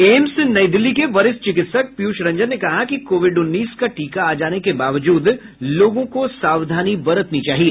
AIIMS नई दिल्ली के वरिष्ठ चिकित्सक पीयूष रंजन ने कहा कि कोविड उन्नीस का टीका आ जाने के बावजूद लोगों को सावधानी बरतनी चाहिए